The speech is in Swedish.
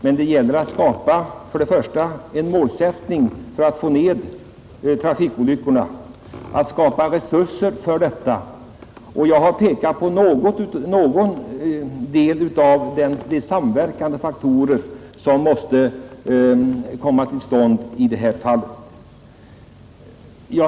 Men det gäller att skapa en målsättning för att få ned trafikolyckorna och att skapa resurser för detta, och jag har pekat på några av de samverkande faktorer som måste komma till stånd för det.